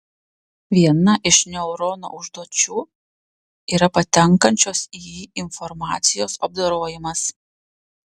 viena iš neurono užduočių yra patenkančios į jį informacijos apdorojimas